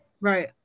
Right